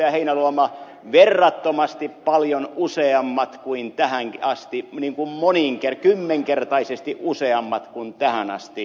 heinäluoma verrattomasti paljon useammat kuin tähän asti kymmenkertaisesti useammat kuin tähän asti